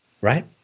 Right